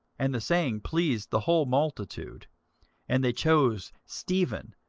and the saying pleased the whole multitude and they chose stephen,